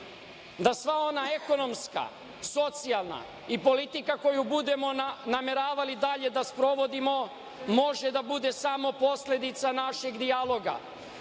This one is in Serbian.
da sva ona ekonomska, socijalna i politika koju budemo nameravali dalje da sprovodimo može da bude samo posledica našeg dijaloga.